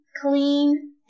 clean